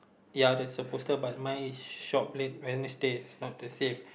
ya there's a poster but mine is shoplift is a mistake is not to save